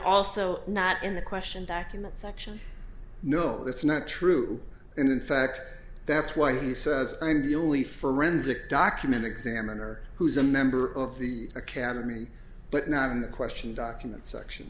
also not in the question back in that section no that's not true and in fact that's why he says i'm the only forensic document examiner who is a member of the academy but not in the question documents section